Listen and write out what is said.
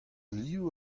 liv